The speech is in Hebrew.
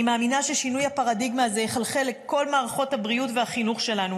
אני מאמינה ששינוי הפרדיגמה הזה יחלחל לכל מערכות החינוך והבריאות שלנו.